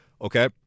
Okay